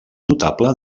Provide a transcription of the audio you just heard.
notable